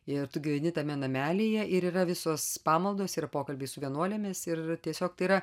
ir tu gyveni tame namelyje ir yra visos pamaldos yra pokalbiai su vienuolėmis ir tiesiog tai yra